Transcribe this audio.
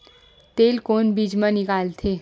तेल कोन बीज मा निकलथे?